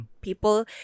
people